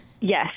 Yes